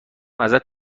ازت